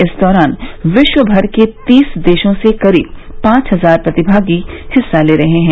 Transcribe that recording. इस दौरान विश्वभर के तीस देशों से करीब पांच हजार प्रतिभागी हिस्सा ले रहे हैं